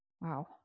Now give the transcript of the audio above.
Wow